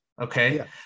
okay